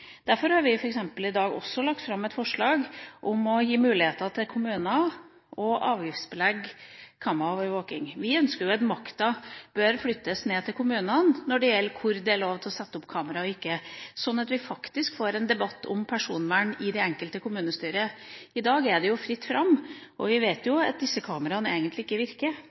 Derfor har vi i dag f.eks. også lagt fram et forslag om å gi kommuner mulighet til å avgiftsbelegge kameraovervåking. Vi ønsker at makta bør flyttes ned til kommunene når det gjelder hvor det er lov til å sette opp kameraer og ikke, slik at vi faktisk får en debatt om personvern i det enkelte kommunestyre. I dag er det fritt fram, og vi vet at disse kameraene egentlig ikke virker.